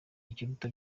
ikiruta